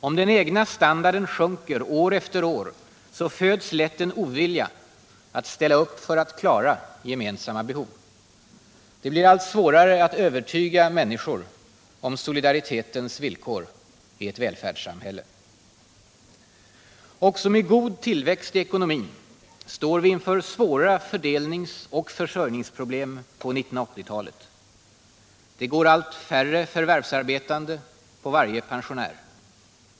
Om den egna standarden sjunker år efter år, föds lätt en ovilja att ställa upp för att klara gemensamma behov. Det blir allt svårare att övertyga människor om solidaritetens villkor i ett välfärdssamhälle. Också med god tillväxt i ekonomin står vi inför svåra fördelningsoch försörjningsproblem på 1980-talet. Det går allt färre förvärvsarbetande på varje pensionär.